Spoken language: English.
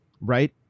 Right